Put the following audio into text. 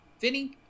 vinny